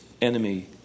enemy